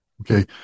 Okay